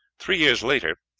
three years later,